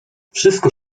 wszystko